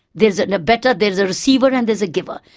there's an abettor, there's a receiver and there's a giver.